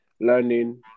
learning